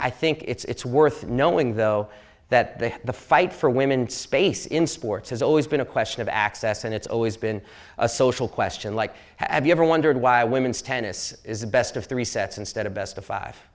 i think it's worth knowing though that they have the fight for women space in sports has always been a question of access and it's always been a social question like have you ever wondered why women's tennis is the best of three sets instead of best of five